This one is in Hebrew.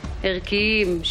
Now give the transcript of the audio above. כי הם המזהמים העיקריים.